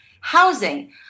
housing